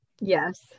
Yes